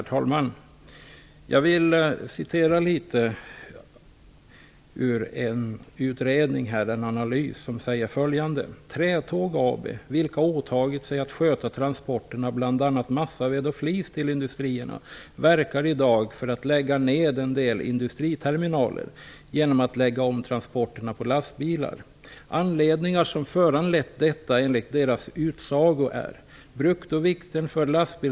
Herr talman! Jag vill citera litet ur ett analysunderlag som framtagits på det här området: ''Trätåg AB vilka åtagit sig att sköta transporten av bla massaved och flis till industrierna, verkar i dag för att lägga ned en del inlandsterminaler. Genom att lägga om transporterna på lastbilar. Anledningar som föranlett detta enligt deras utsago är: 2.